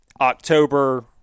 October